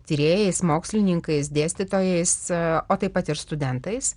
tyrėjais mokslininkais dėstytojais o taip pat ir studentais